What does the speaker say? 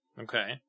Okay